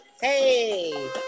Hey